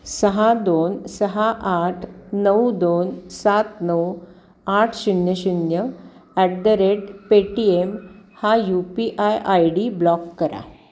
सहा दोन सहा आठ नऊ दोन सात नऊ आठ शून्य शून्य ॲट द रेट पेटीएम हा U P I I D block करा